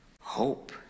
hope